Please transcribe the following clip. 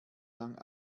lang